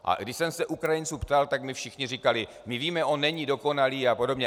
A když jsem se Ukrajinců ptal, tak mi všichni říkali: my víme, on není dokonalý apod.